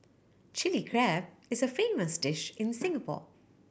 Chilli Crab is a famous dish in Singapore